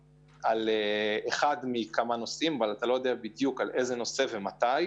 על נושא אבל אתה לא יודע בדיוק על איזה נושא ומתי.